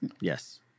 yes